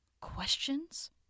Questions